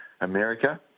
America